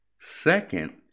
Second